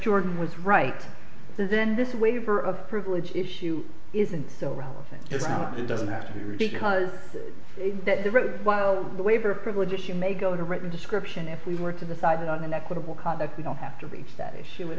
jordan was right then this waiver of privilege issue isn't so relevant if it doesn't have to be read because while the waiver of privilege issue may go to written description if we were to decide on an equitable conduct we don't have to reach that issue at